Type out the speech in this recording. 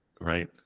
right